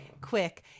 quick